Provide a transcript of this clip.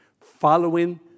following